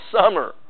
summer